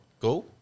Go